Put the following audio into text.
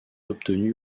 obtenu